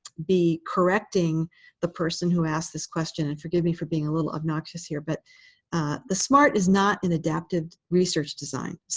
be correcting the person who asked this question, and forgive me for being a little obnoxious here. but the smart is not an adaptive research design.